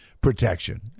protection